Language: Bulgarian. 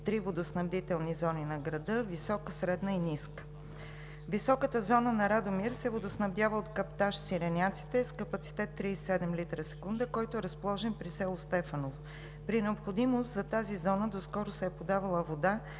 три водоснабдителни зони на града: висока, средна и ниска. Високата зона на Радомир се водоснабдява от каптаж „Сиреняците“ с капацитет 37 литра в секунда, който е разположен при село Стефаново. При необходимост, за тази зона доскоро се е подавала вода